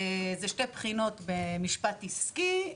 אלה שתי בחינות במשפט עסקי,